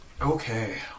Okay